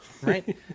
right